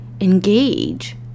engage